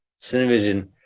Cinevision